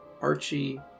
Archie